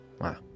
Wow